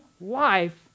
life